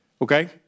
Okay